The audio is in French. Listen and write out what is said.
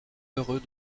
heureux